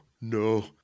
no